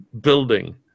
building